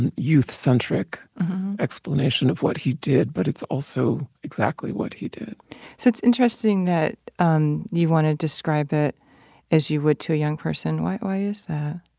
and youth centric explanation of what he did. but it's also exactly what he did so it's interesting that um you want to describe it as you would to a young person. why why is that?